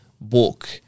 book